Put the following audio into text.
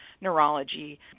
neurology